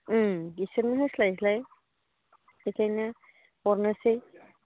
बिसोरनो होस्लायस्लाय बेनिखायनो हरनोसै